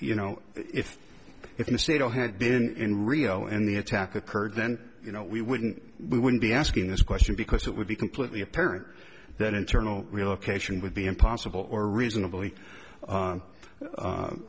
you know if it's in a state or had been rio and the attack occurred then you know we wouldn't we wouldn't be asking this question because it would be completely apparent that internal relocation would be impossible or reasonably